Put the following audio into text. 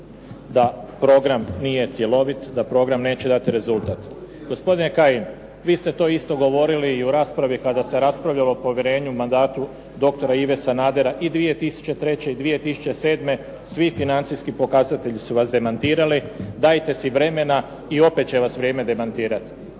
da program nije cjelovit, da program neće dati rezultat. Gospodine Kajin, vi ste to isto govorili i u raspravi kada se raspravljalo o povjerenju mandatu doktora Ive Sanadera i 2003. i 2007. svi financijski pokazatelji su vas demantirali. Dajte si vremena i opet će vas vrijeme demantirati.